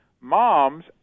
moms